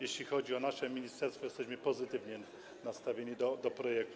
Jeśli chodzi o nasze ministerstwo, jesteśmy pozytywnie nastawieni do projektu.